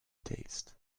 taste